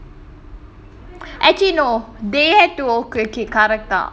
actually no they had to okay okay correct ah